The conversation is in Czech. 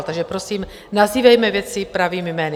Takže prosím, nazývejme věci pravými jmény.